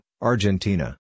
Argentina